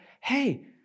hey